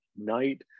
night